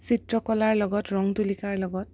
চিত্ৰকলাৰ লগত ৰং তুলিকাৰ লগত